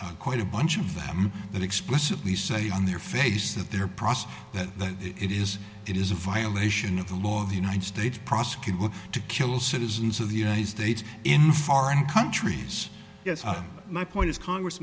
statutes quite a bunch of them that explicitly say on their face that their process that that it is it is a violation of the law of the united states prosecute to kill citizens of the united states in foreign countries yes my point is congress